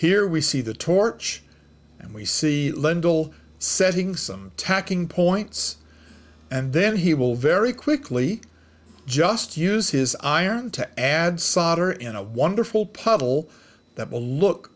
here we see the torch and we see lendl setting some tacking points and then he will very quickly just use his iron to add solder in a wonderful puddle that